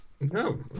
No